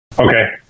Okay